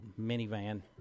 minivan